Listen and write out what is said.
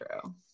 true